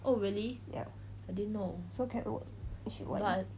ya so can work if you want